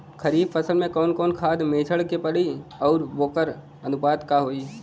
खरीफ फसल में कवन कवन खाद्य मेझर के पड़ी अउर वोकर अनुपात का होई?